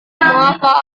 mengapa